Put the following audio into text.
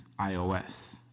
iOS